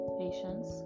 patience